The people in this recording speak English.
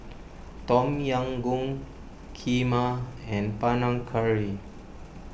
Tom Yam Goong Kheema and Panang Curry